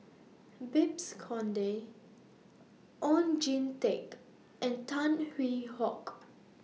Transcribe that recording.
Babes Conde Oon Jin Teik and Tan Hwee Hock